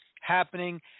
happening